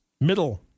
Middle